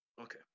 Okay